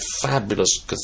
fabulous